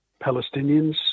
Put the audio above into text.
palestinians